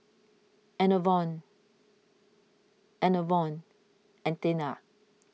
Enervon Enervon and Tena